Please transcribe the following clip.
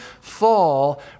fall